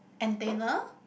antenna